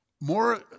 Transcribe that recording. more